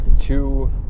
two